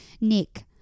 Nick